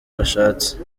bashatse